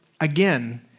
again